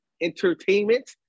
Entertainment